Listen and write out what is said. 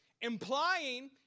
implying